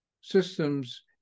systems